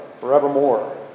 forevermore